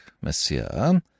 Monsieur